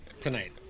tonight